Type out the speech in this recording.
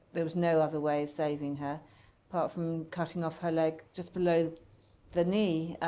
there was no other way of saving her apart from cutting off her leg just below the knee.